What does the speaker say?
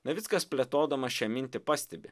navickas plėtodamas šią mintį pastebi